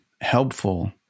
helpful